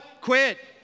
Quit